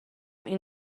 این